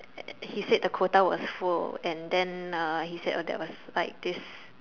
uh he said the quota was full and then uh he said oh that was like this